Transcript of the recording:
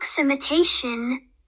imitation